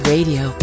Radio